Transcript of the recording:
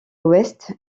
ouest